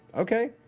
okay.